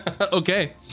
Okay